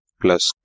plus